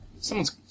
Someone's